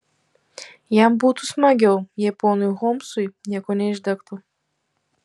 jam būtų smagiau jei ponui holmsui nieko neišdegtų